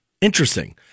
interesting